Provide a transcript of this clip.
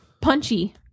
punchy